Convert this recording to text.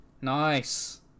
Nice